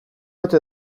ote